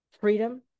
freedom